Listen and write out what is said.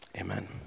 Amen